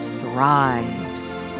thrives